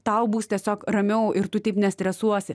tau bus tiesiog ramiau ir tu taip nestresuosi